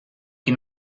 qui